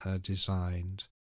designed